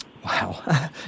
Wow